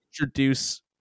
introduce